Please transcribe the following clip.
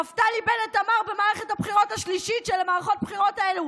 נפתלי בנט אמר במערכת הבחירות השלישית של מערכות הבחירות האלה: